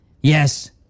yes